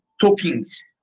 tokens